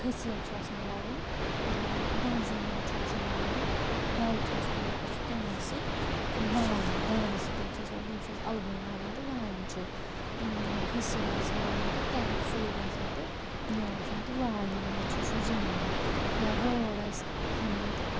کھسیٖل چھُ آسان وَوُن یا دانہِ زمٔیٖن چھ آسان وایُن ڈل چھُ آسان وایُن أسۍ چھِ تمی سۭتۍ واین داندٕ سۭتۍ چھِ أسۍ تٔمس چھِ أسۍ الہٕ بٲنۍ لاگان تہٕ وایَان چھِ کھسیٖل آسہِ ووُن تہٕ سُے گژھن تہٕ نوان چھِ تہٕ وایہِ ناوَان چھِ سُہ زٔمیٖن یا وٲر آسہِ کھنٕنۍ تہٕ